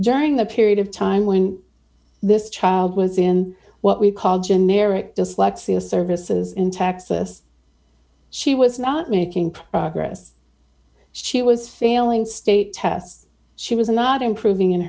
during the period of time when this child was in what we call generic dyslexia services in texas she was not making progress she was failing state tests she was not improving in